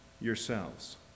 yourselves